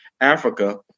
Africa